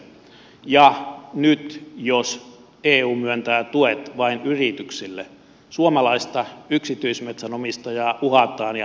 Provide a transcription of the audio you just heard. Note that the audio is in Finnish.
ja nyt jos eu myöntää tuet vain yrityksille suomalaista yksityismetsänomistajaa uhataan ja hänen omistusoikeuttaan